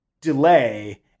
delay